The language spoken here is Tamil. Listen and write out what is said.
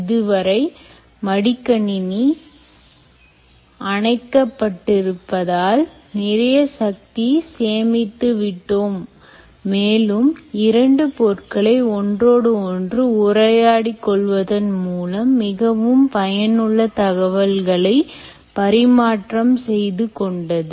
இதுவரை மடிக்கணினி அணைக்க பட்டிருப்பதால் நிறைய சக்தியை சேமித்து விட்டோம் மேலும் இரண்டு பொருட்களை ஒன்றோடொன்று உரையாடி கொள்வதன் மூலம் மிகவும் பயனுள்ள தகவல்களை பரிமாற்றம் செய்து கொண்டது